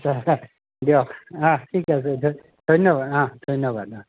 দিয়ক অঁ ঠিক আছে দিয়ক ধন্যবাদ অহ্ ধন্যবাদ অঁ